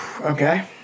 Okay